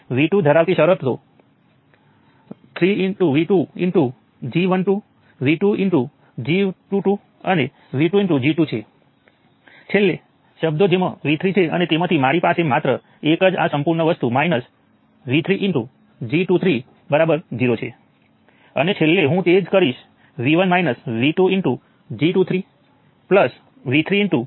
હું તેને માઈનસ 7 અને વત્તા 14 મિલી એમ્પ્સ આ રીતે નીચે મૂકીશ તેથી આ G છે આ V છે અને આ I છે